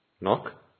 Knock